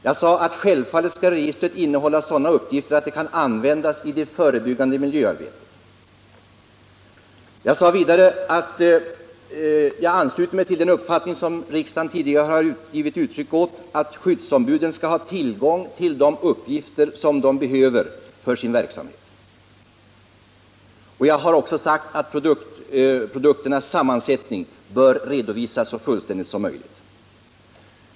Jag sade att självfallet skall registret innehålla sådana uppgifter att det kan användas i det förebyggande miljöarbetet. Jag sade vidare att jag ansluter mig till den uppfattning som riksdagen tidigare har givit uttryck åt, nämligen att skyddsombuden skall ha tillgång till de uppgifter de behöver för sin verksamhet. Jag har också sagt att produkternas sammansättning bör redovisas så fullständigt som möjligt.